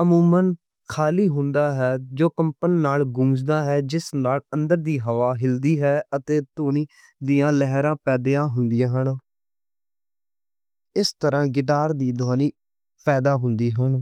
عموماً خالی ہوندا ہے۔ جو کمپن نال گونج نال اندر دی ہوا تھر دی ہے۔ تے تونی دیاں لہرا پیدا ہوندی ہن۔ اس طرح گٹار دی تونی پیدا ہوندی ہن۔